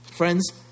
Friends